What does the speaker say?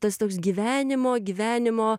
tas toks gyvenimo gyvenimo